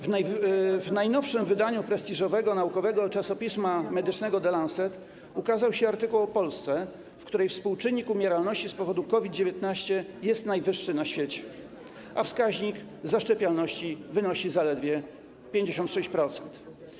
W najnowszym wydaniu prestiżowego naukowego czasopisma medycznego ˝The Lancet˝ ukazał się artykuł o Polsce, w której współczynnik umieralności z powodu COVID-19 jest najwyższy na świecie, a wskaźnik zaszczepialności wynosi zaledwie 56%.